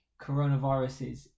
coronaviruses